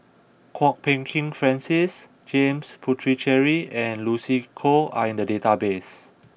Kwok Peng Kin Francis James Puthucheary and Lucy Koh are in the database